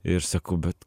ir sakau bet